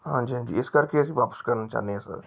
ਹਾਂਜੀ ਹਾਂਜੀ ਇਸ ਕਰਕੇ ਅਸੀਂ ਵਾਪਸ ਕਰਨਾ ਚਾਹੁੰਦੇ ਆ ਸਰ